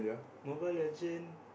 Mobile-Legend